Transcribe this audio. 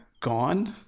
gone